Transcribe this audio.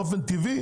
באופן טבעי,